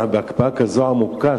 אנחנו בהקפאה כזו עמוקה,